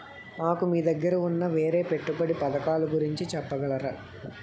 నాకు మీ దగ్గర ఉన్న వేరే పెట్టుబడి పథకాలుగురించి చెప్పగలరా?